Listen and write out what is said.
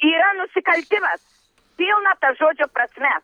yra nusikaltimas pilna ta žodžio prasme